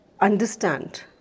understand